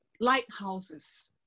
lighthouses